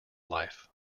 life